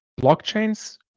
blockchains